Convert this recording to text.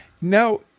Now